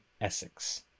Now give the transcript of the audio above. Essex